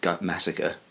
massacre